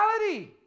reality